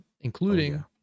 including